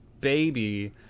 baby